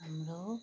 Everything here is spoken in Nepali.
हाम्रो